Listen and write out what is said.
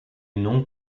non